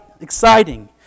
exciting